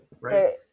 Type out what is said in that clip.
Right